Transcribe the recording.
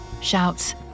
shouts